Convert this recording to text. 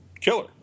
killer